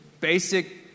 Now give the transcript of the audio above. basic